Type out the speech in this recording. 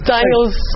Daniel's